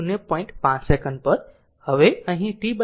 5 second પર અહીં t 0